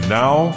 now